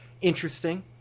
interesting